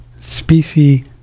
species